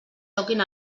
toquin